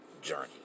journey